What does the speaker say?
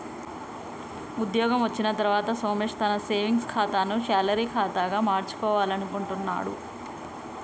ఉద్యోగం వచ్చిన తర్వాత సోమేష్ తన సేవింగ్స్ ఖాతాను శాలరీ ఖాతాగా మార్చుకోవాలనుకుంటున్నడు